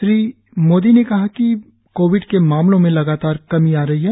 श्री मोदी ने कहा कि कोविड के मामलों में लगातार कमी आ रही है